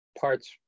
parts